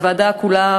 ישיבת הוועדה כולה,